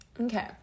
okay